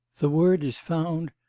the word is found,